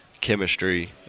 chemistry